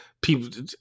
people